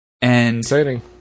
Exciting